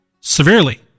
severely